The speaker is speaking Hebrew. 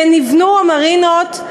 ונבנו המרינות,